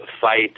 fight